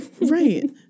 Right